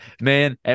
Man